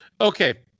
Okay